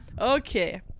Okay